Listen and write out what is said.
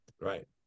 right